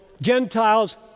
Gentiles